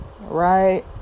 right